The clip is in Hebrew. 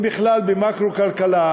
אם בכלל במקרו-כלכלה,